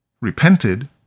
repented